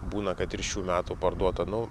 būna kad ir šių metų parduota nu